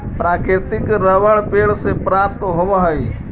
प्राकृतिक रबर पेड़ से प्राप्त होवऽ हइ